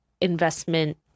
investment